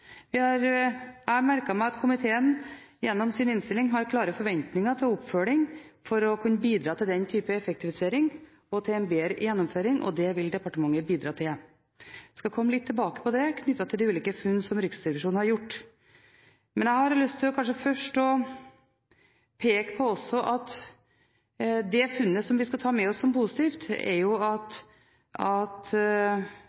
vi har påpekt at det finnes effektiviseringspotensial, som må kunne tas ut. Jeg har merket meg at komiteen, gjennom sin innstilling, har klare forventninger til oppfølging for å kunne bidra til den slags effektivisering og til bedre gjennomføring. Det vil departementet bidra til. Jeg skal komme litt tilbake til det, knyttet til de ulike funn som Riksrevisjonen har gjort. Men jeg har først lyst til å peke på at det funnet som vi skal ta med oss som positivt, er at